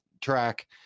track